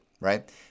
right